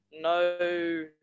no